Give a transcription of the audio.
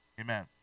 Amen